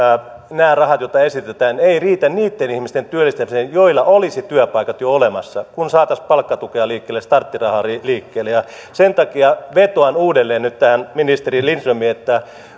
nämä rahat joita esitetään eivät riitä niitten ihmisten työllistämiseen joilla olisi työpaikat jo olemassa kun saataisiin palkkatukea liikkeelle starttirahaa liikkeelle sen takia vetoan uudelleen nyt tähän ministeri lindströmiin että